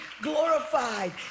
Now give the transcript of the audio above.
glorified